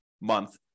month